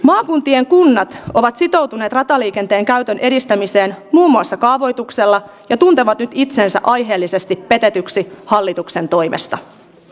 maakuntien kunnat ovat sitoutuneet rataliikenteen käytön edistämiseen muun muassa kaavoituksella ja tuntevat nyt itsensä aiheellisesti petetyiksi hallituksen toimesta